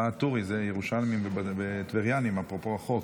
ו-א-טורי זה ירושלמים וטבריינים, אפרופו החוק.